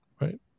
right